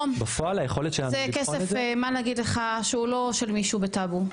בפועל היכולת שלנו -- רום זה כסף מה נגיד לך שהוא לא של מישהו בטאבו,